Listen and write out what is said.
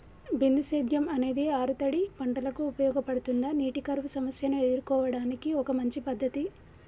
బిందు సేద్యం అనేది ఆరుతడి పంటలకు ఉపయోగపడుతుందా నీటి కరువు సమస్యను ఎదుర్కోవడానికి ఒక మంచి పద్ధతి?